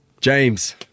James